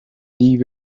lee